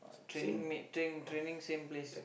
training mating training same place